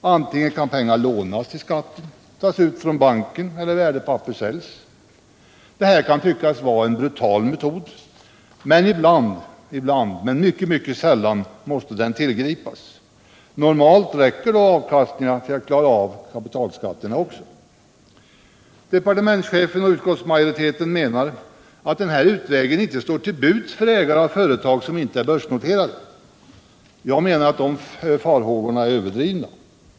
Antingen kan pengar lånas till skatten, alternativt tas ut från banken, eller värdepapper säljas. Detta kan tyckas vara en brutal metod, men ibland — om än mycket sällan — måste den tillgripas. Normalt räcker avkastningarna till för att klara av kapitalskatterna också. Departementschefen och utskottsmajoriteten menar att denna utväg inte står till buds för ägare av företag som inte är börsnoterade. Jag menar att de farhågorna är överdrivna.